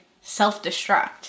Self-Destruct